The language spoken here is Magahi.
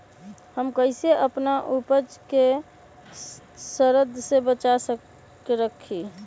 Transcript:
हम कईसे अपना उपज के सरद से बचा के रखी?